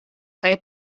kaj